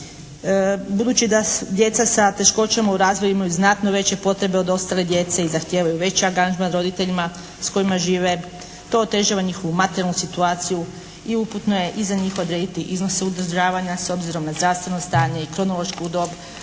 Budući da djeca sa teškoćama u razvoju imaju znatno veće potrebe od ostale djece i zahtijevaju veći angažman roditeljima s kojima žive to otežava njihovu materijalnu situaciju i uputno je i za njih odrediti iznose uzdržavanja s obzirom na zdravstveno stanje i kronološku dob